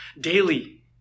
daily